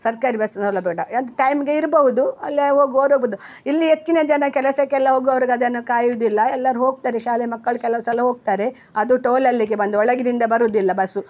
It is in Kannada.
ಸರ್ಕಾರಿ ಬಸ್ ಸೌಲಭ್ಯ ಉಂಟು ಎಂಥ ಟೈಮಿಗೆ ಇರ್ಬೋದು ಅಲ್ಲಿಯಾಗಿ ಹೋಗ್ವಾರು ಹೋಬೋದು ಇಲ್ಲಿ ಹೆಚ್ಚಿನ ಜನ ಕೆಲಸಕ್ಕೆಲ್ಲ ಹೋಗುವವ್ರ್ಗೆ ಅದನ್ನು ಕಾಯೋದಿಲ್ಲ ಎಲ್ಲಾರು ಹೋಗ್ತಾರೆ ಶಾಲೆ ಮಕ್ಕಳು ಕೆಲವು ಸಲ ಹೋಗ್ತಾರೆ ಅದು ಟೋಲಲ್ಲಿಗೆ ಬಂದು ಒಳಗಿನಿಂದ ಬರೋದಿಲ್ಲ ಬಸ್ಸು